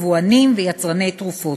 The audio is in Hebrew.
יבואנים ויצרני תרופות.